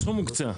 הסכום הוקצה,